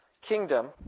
Kingdom